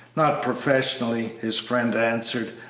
not professionally, his friend answered,